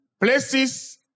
places